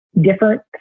different